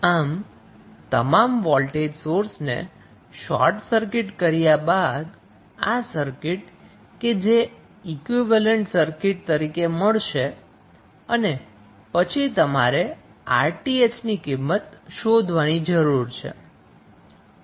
આમ તમામ વોલ્ટેજસોર્સને શોર્ટ સર્કિટ કર્યા બાદ આ સર્કિટ કે જે ઈક્વીવેલેન્ટ સર્કિટ તરીકે મળશે અને પછી તમારે 𝑅𝑇ℎ ની કિંમત શોધવાની જરૂર છે